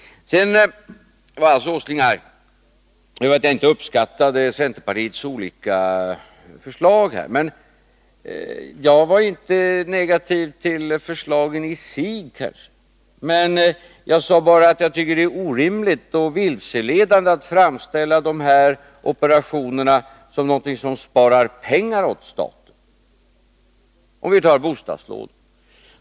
Nils Åsling var vidare arg för att jag inte uppskattade centerpartiets olika förslag. Men jag var inte negativ till förslagen i sig, utan jag sade bara att det var orimligt och vilseledande att framställa de här operationerna som någonting som sparar pengar åt staten. Ta t.ex. bostadslånen!